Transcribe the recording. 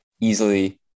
easily